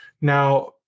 now